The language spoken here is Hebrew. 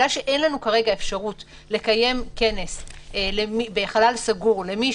מכיוון שאין לנו כרגע אפשרות לקיים כנס בחלל סגור למי